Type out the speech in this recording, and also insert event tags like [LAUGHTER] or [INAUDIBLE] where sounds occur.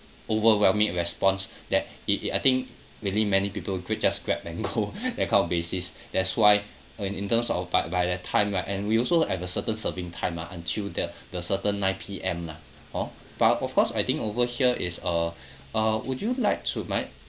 overwhelming response that it it I think really many people quick just grab and go [LAUGHS] that kind of basis that's why and in terms of by by that time right and we also have a certain serving time ah until the the certain nine P_M lah hor but of course I think over here is uh uh would you like to my~